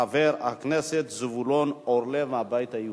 חבר הכנסת זבולון אורלב מהבית היהודי,